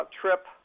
trip